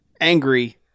angry